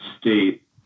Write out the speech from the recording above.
state